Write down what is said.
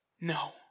No